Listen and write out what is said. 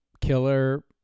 killer